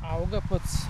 auga pats